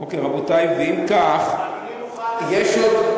אוקיי, רבותי, ואם כך, יש עוד.